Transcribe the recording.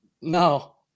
No